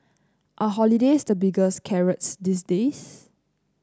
are holidays the biggest carrots these days